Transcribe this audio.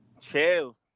Chill